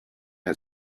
had